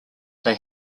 they